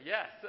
Yes